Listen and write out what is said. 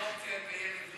היא לא אופציה קיימת,